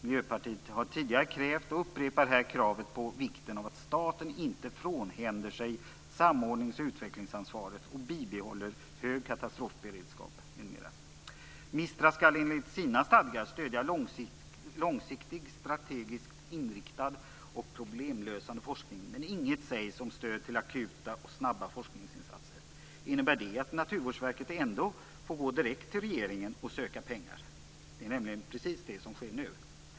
Miljöpartiet har tidigare krävt och upprepar här kravet på vikten av att staten inte frånhänder sig samordnings och utvecklingsansvaret och bibehåller hög katastrofberedskap m.m. MISTRA skall enligt sina stadgar stödja långsiktigt strategiskt inriktad och problemlösande forskning, men inget sägs om stöd till akuta och snabba forskningsinsatser. Innebär det att Naturvårdsverket ändå får gå direkt till regeringen och söka pengar? Det är nämligen precis det som sker nu.